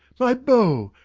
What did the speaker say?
my bow!